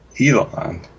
Elon